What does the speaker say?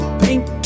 pink